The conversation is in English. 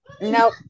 no